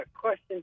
question